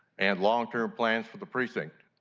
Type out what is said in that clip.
and long-term plans for the precinct.